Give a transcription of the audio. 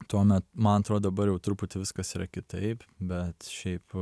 tuomet man atrodo dabar jau truputį viskas yra kitaip bet šiaip